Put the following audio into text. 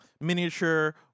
miniature